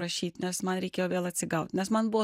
rašyt nes man reikėjo vėl atsigaut nes man buvo